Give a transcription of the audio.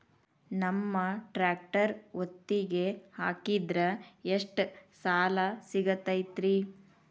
ನಮ್ಮ ಟ್ರ್ಯಾಕ್ಟರ್ ಒತ್ತಿಗೆ ಹಾಕಿದ್ರ ಎಷ್ಟ ಸಾಲ ಸಿಗತೈತ್ರಿ?